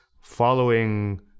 following